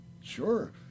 Sure